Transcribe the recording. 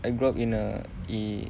I grow up in a eh